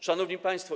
Szanowni Państwo!